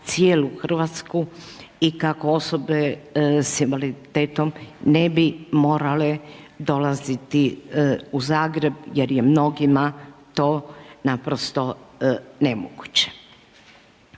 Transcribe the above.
cijelu Hrvatsku i kako osobe s invaliditetom ne bi morale dolaziti u Zagreb jer je mnogima to naprosto nemoguće.